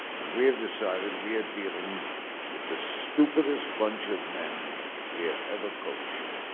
and we have decided we are dealing with the stupidest bunch of men we have ever coached.